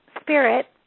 spirit